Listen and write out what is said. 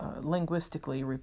Linguistically